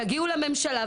תגיעו לממשלה,